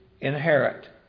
inherit